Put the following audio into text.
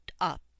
up